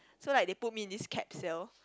so like they put me in this capsule